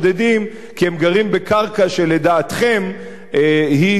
כי הם גרים על קרקע שלדעתכם היא כבושה,